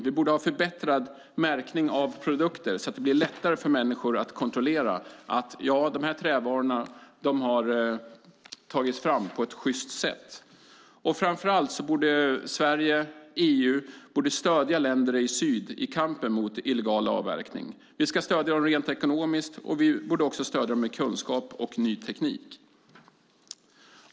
Vi borde ha en förbättrad märkning av produkter så att det blir lättare för människor att kontrollera vilka trävaror som har tagits fram på ett sjyst sätt. Framför allt borde Sverige och EU stödja länderna i syd i kampen mot illegal avverkning. Vi ska stödja dem rent ekonomiskt, och vi borde också stödja dem med kunskap och ny teknik.